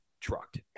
trucked